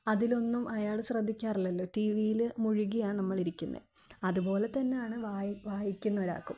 അതിലൊന്നും അയാൾ ശ്രദ്ധിക്കാറില്ലല്ലൊ ടീ വിയിൽ മുഴുകിയാൽ നമ്മളിരിക്കുന്നത് അതുപോലെ തന്നെയാണ് വായി വായിക്കുന്നൊരാൾക്കും